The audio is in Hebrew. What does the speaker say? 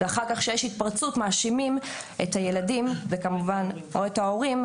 ואחר כך כשיש התפרצות מאשימים את הילדים או את ההורים,